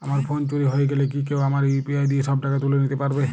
আমার ফোন চুরি হয়ে গেলে কি কেউ আমার ইউ.পি.আই দিয়ে সব টাকা তুলে নিতে পারবে?